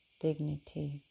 dignity